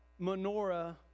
menorah